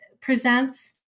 presents